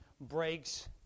breaks